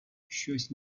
щось